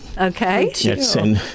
Okay